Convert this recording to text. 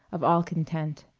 of all content.